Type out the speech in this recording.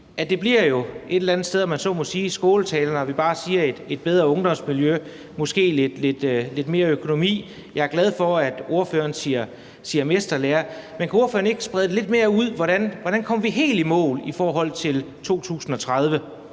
et eller andet sted, om man så må sige, skåltaler, når vi bare nævner et bedre ungdomsmiljø og måske lidt mere økonomi. Jeg er glad for, at ordføreren siger mesterlære. Men kunne ordføreren ikke sprede det lidt mere ud? Hvordan vi kommer helt i mål i forhold til 2030?